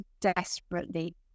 desperately